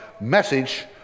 message